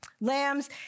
lambs